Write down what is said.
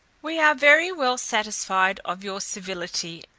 we are very well satisfied of your civility,